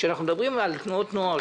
כשאנחנו מדברים על תנועות נוער,